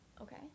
Okay